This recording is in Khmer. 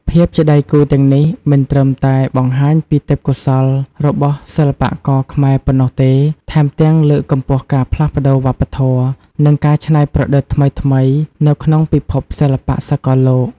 ភាពជាដៃគូទាំងនេះមិនត្រឹមតែបង្ហាញពីទេពកោសល្យរបស់សិល្បករខ្មែរប៉ុណ្ណោះទេ ថែមទាំងលើកកម្ពស់ការផ្លាស់ប្តូរវប្បធម៌ និងការច្នៃប្រឌិតថ្មីៗនៅក្នុងពិភពសិល្បៈសកលលោក។